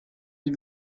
die